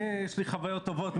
זאת התרבות.